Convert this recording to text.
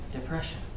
depression